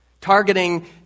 targeting